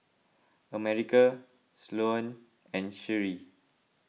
America Sloane and Sheree